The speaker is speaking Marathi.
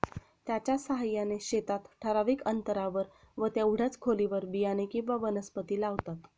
त्याच्या साहाय्याने शेतात ठराविक अंतरावर व तेवढ्याच खोलीवर बियाणे किंवा वनस्पती लावतात